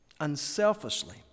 Unselfishly